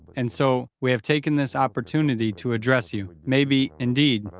and so we have taken this opportunity to address you, maybe indeed,